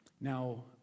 Now